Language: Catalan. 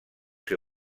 ser